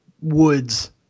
woods